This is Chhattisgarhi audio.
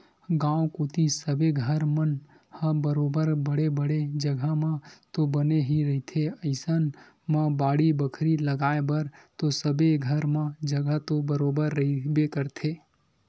गाँव कोती सबे घर मन ह बरोबर बड़े बड़े जघा म तो बने ही रहिथे अइसन म बाड़ी बखरी लगाय बर तो सबे घर म जघा तो बरोबर रहिबे करथे